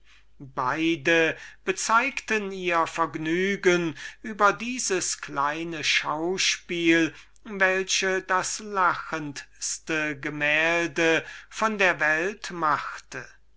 beide bezeugten ihr vergnügen über dieses kleine schauspiel welches das lachendste gemälde von der welt machte